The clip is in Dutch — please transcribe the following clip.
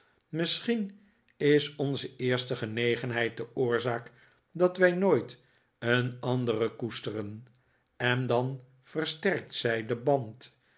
misschien is onze eerste genegenheid de oorzaak dat wij nooit een andere koesteren en dan versterkt zij den band